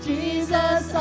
Jesus